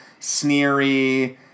sneery